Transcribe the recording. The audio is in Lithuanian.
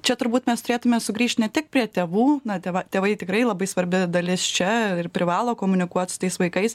čia turbūt mes turėtume sugrįžt ne tik prie tėvų na tėva tėvai tikrai labai svarbi dalis čia ir privalo komunikuot su tais vaikais